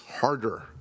harder